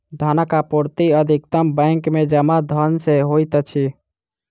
धनक आपूर्ति अधिकतम बैंक में जमा धन सॅ होइत अछि